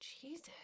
Jesus